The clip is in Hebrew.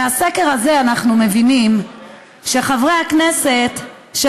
מהסקר הזה אנחנו מבינים שחברי הכנסת של